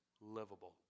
livable